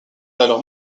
alors